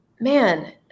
man